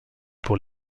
pour